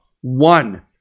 One